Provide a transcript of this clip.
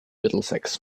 middlesex